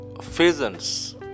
pheasants